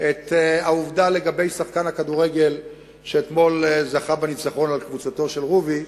את העובדה לגבי שחקן הכדורגל שאתמול זכה בניצחון על קבוצתו של רובי,